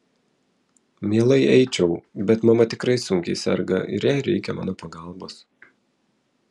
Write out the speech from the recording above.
mielai eičiau bet mama tikrai sunkiai serga ir jai reikia mano pagalbos